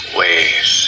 ways